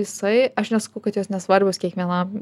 jisai aš nesakau kad jos nesvarbios kiekvienam